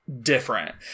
Different